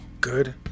good